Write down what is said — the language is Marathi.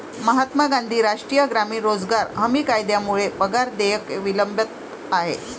महात्मा गांधी राष्ट्रीय ग्रामीण रोजगार हमी कायद्यामुळे पगार देयके विलंबित आहेत